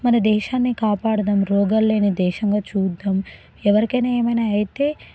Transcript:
మన దేశాన్ని కాపాడుదాం రోగాల్లేని దేశంగా చూద్దాం ఎవరికైనా ఏమైనా అయితే